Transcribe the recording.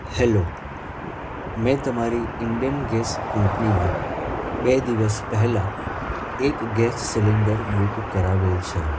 hello મેં તમારી Indian gas કંપનીમાં બે દિવસ પહેલા એક ગેસ સિલિન્ડર બુક કરાવેલ છે